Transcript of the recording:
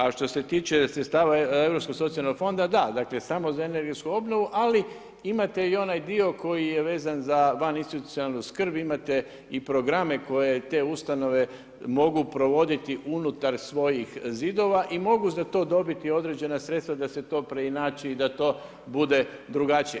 A što se tiče sredstava Europskog socijalnog fonda, da, dakle samo za energetsku obnovu, ali imate i onaj dio koji je vezan za vaninstitucionalnu skrb, imate i programe koje te ustanove mogu provoditi unutar svojih zidova i mogu za to dobiti određena sredstva da se to preinači i da to bude drugačije.